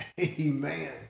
Amen